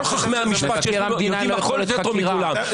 כל חכמי המשפט יודעים הכול יותר טוב מכולם,